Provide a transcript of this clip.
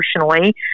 emotionally